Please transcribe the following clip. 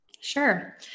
Sure